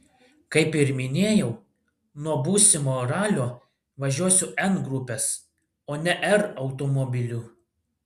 kaip ir minėjau nuo būsimo ralio važiuosiu n grupės o ne r automobiliu